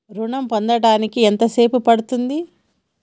ఋణం పొందడానికి ఎంత సేపు పడ్తుంది?